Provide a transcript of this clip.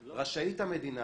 רשאית המדינה,